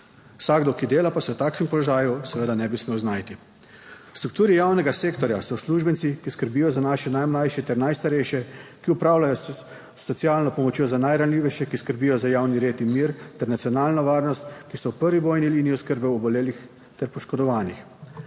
Vsakdo, ki dela pa se v takšnem položaju seveda ne bi smel znajti. V strukturi javnega sektorja so uslužbenci, ki skrbijo za naše najmlajše ter najstarejše, ki opravljajo socialno pomoč za najranljivejše, ki skrbijo za javni red in mir ter nacionalno varnost, ki so v prvi bojni liniji oskrbe obolelih ter poškodovanih.